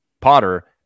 potter